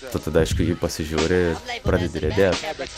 tu tada aišku į jį pasižiūri ir pradedi riedėt